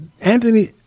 Anthony